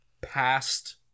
past